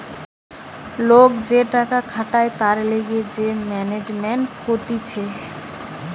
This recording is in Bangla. লোক যে টাকা খাটায় তার লিগে যে ম্যানেজমেন্ট কতিছে